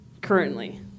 currently